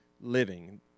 living